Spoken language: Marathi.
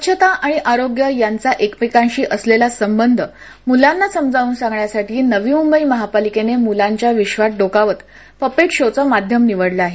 स्वच्छता आणि आरोग्य यांचा एकमेकांशी असलेला संबंध मुलांना समजावून सांगण्यासाठी नवी मुंबई महापालिकेने मुलांच्या विधात डोकावत पपेट शोचं माध्यम निवडलं आहे